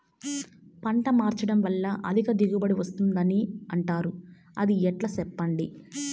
పంట మార్చడం వల్ల అధిక దిగుబడి వస్తుందని అంటారు అది ఎట్లా సెప్పండి